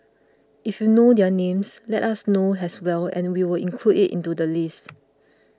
if you know their names let us know as well and we'll include it into the list